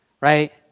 Right